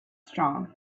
strong